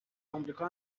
آمریکا